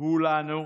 הוא לנו.